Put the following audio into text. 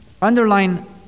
underline